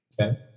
Okay